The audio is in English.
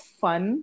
fun